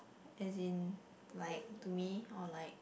as in like to me or like